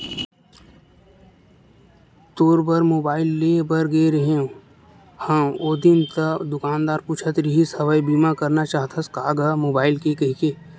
तोर बर मुबाइल लेय बर गे रेहें हव ओ दिन ता दुकानदार पूछत रिहिस हवय बीमा करना चाहथस का गा मुबाइल के कहिके